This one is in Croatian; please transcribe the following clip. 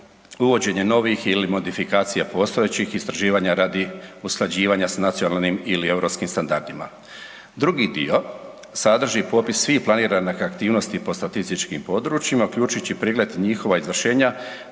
uvođenje novih ili modifikacija postojećih istraživanja radi usklađivanje s nacionalnim ili europskim standardima. Drugi dio sadrži popis svih planiranih aktivnosti po statističkim područjima uključujući i pregled njihova izvršenja